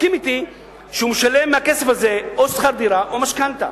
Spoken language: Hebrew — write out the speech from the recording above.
תסכים אתי שהוא משלם מהכסף הזה או שכר דירה או משכנתה,